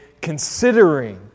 considering